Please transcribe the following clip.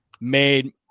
made